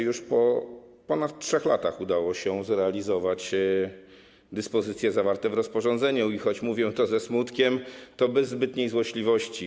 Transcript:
Już po ponad 3 latach udało się zrealizować dyspozycje zawarte w rozporządzeniu i choć mówię to ze smutkiem, to bez zbytniej złośliwości.